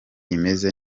imeze